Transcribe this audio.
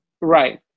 Right